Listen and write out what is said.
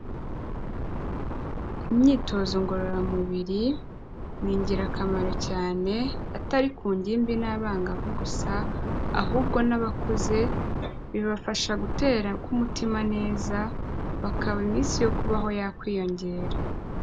Imyitozo ngororamubiri ni ingirakamaro cyane atari ku ngimbi n'abangavu gusa, ahubwo n'abakuze bibafasha gutera k'umutima neza, bakaba iminsi yo kubaho yakwiyongera.